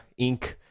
inc